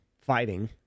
Fighting